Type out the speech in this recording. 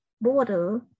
border